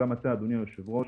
גם אתה, אדוני היושב-ראש,